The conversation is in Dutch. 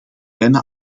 bijna